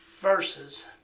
verses